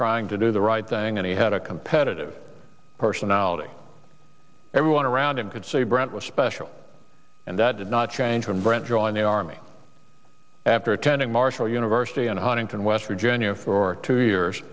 trying to do the right thing and he had a competitive personality everyone around him could see brant was special and that did not change when brant joined the army after attending marshall university in huntington west virginia for two years